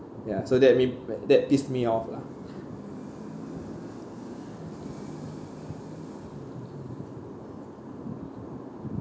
ya so that make that piss me off lah